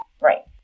Right